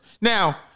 Now